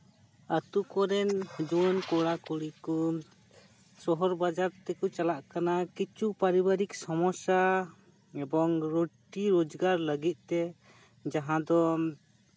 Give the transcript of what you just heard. ᱟᱹᱛᱩ ᱠᱚᱨᱮᱱ ᱡᱩᱣᱟᱹᱱ ᱠᱚᱲᱟᱼᱠᱩᱲᱤ ᱠᱚ ᱥᱚᱦᱚᱨ ᱵᱟᱡᱟᱨ ᱛᱮᱠᱚ ᱪᱟᱞᱟᱜ ᱠᱟᱱᱟ ᱠᱤᱪᱷᱩ ᱯᱟᱨᱤᱵᱟᱨᱤᱠ ᱥᱚᱢᱚᱥᱥᱟ ᱮᱵᱚᱝ ᱨᱩᱡᱤ ᱨᱳᱡᱽᱜᱟᱨ ᱞᱟᱹᱜᱤᱫ ᱛᱮ ᱡᱟᱦᱟᱸ ᱫᱚ